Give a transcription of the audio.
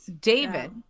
David